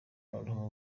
noneho